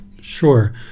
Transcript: Sure